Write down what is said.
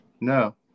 No